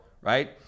right